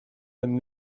and